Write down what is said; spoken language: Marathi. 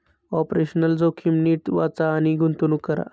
ऑपरेशनल जोखीम नीट वाचा आणि गुंतवणूक करा